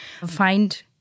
find